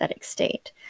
state